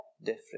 different